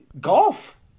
golf